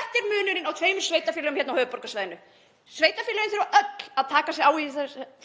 Þetta er munurinn á tveimur sveitarfélögum hérna á höfuðborgarsvæðinu. Sveitarfélögin þurfa öll að taka sig á í